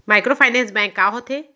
Microfinance bank का होथे?